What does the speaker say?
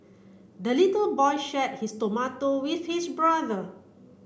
the little boy shared his tomato with his brother